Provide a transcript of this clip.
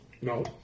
No